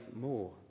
more